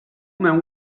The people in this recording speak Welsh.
mewn